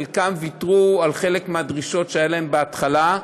חלקם ויתרו על חלק מהדרישות שהיו להם בהתחלה,